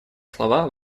слова